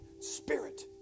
spirit